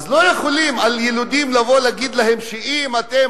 אז לא יכולים להגיד לילידים: אם אתם